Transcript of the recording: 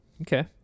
okay